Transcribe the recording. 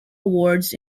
awards